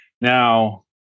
Now